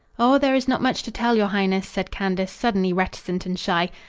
oh, there is not much to tell, your highness, said candace, suddenly reticent and shy.